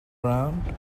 round